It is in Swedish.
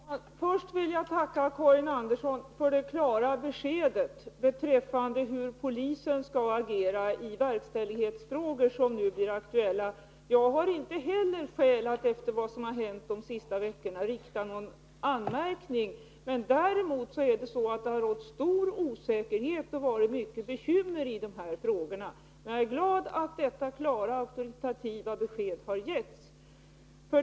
Herr talman! För det första vill jag tacka Karin Andersson för det klara beskedet beträffande hur polisen skall agera i verkställighetsfrågor som nu blir aktuella. Jag har inte heller skäl att efter vad som hänt de senaste veckorna rikta någon anmärkning. Däremot har det rått stor osäkerhet och varit mycket bekymmer i de här frågorna. Jag är glad över att detta klara och auktoritativa besked har getts.